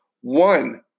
One